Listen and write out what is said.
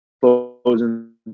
closing